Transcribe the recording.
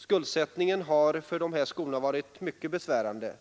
Skuldsättningen har för de här skolorna varit mycket besvärande;